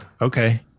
Okay